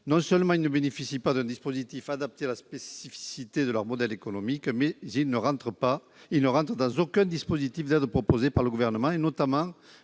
Non seulement ils ne bénéficient pas d'un dispositif adapté à la spécificité de leur modèle économique, mais ils ne rentrent dans aucun dispositif d'aide proposé par le Gouvernement, notamment